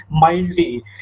mildly